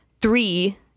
three